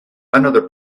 another